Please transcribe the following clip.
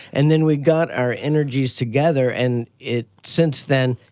and then we got our energies together, and it since then,